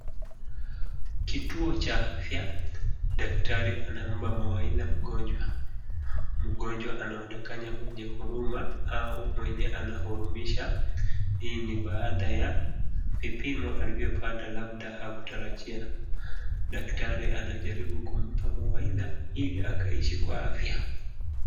Kituo cha afya, dakatari anampa amawaidha mgonjwa. Mgonjwa anaonekana mwenye huruma au mwenye anahurumisha hii ni baada ya vipimo alivyopata labda hakutarajia. Dakatari anajaribu kumpa mawaidha ili akaishi kwa afya.